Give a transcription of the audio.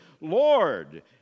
Lord